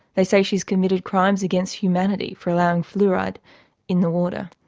they say she's committed crimes against humanity for allowing fluoride in the water,